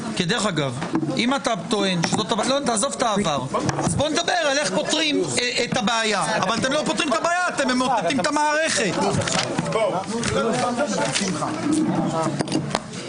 ננעלה בשעה 11:01.